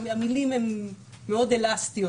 המילים הן מאד אלסטיות,